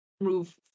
move